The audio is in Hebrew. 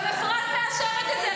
גם אפרת מאשרת את זה.